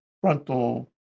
frontal